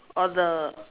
or the